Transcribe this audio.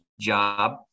job